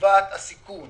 סביבת הסיכון